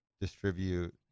distribute